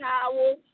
towel